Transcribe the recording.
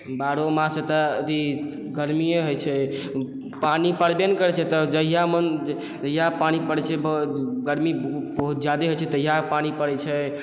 बारहो मास एतऽ अथी गरमीए होइ छै पानी पड़बे नहि करै छै तऽ जहिया मोन तहिया पानी पड़ै छै गरमी बहुत ज्यादे होइ छै तहिया पानी पड़ै छै